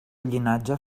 llinatge